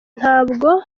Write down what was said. ntabwo